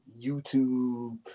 YouTube